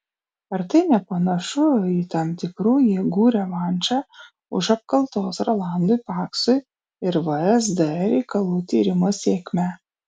ar tai nepanašu į tam tikrų jėgų revanšą už apkaltos rolandui paksui ir vsd reikalų tyrimo sėkmę